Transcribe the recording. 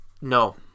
No